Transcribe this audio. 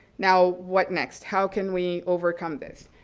now what next? how can we overcome this?